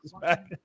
back